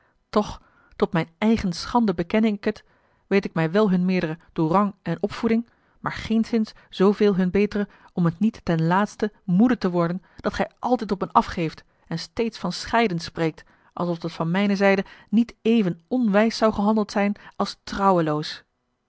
toch tot mijn eigen schande bekenne ik het weet ik mij wel hun meerdere door rang en opvoeding maar geenszins zooveel hun betere om het niet ten a l g bosboom-toussaint de delftsche wonderdokter eel moede te worden dat gij altijd op hen afgeeft en steeds van scheiden spreekt alsof dat van mijne zijde niet even onwijs zou gehandeld zijn als